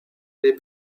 les